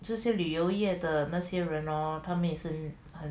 很糟糕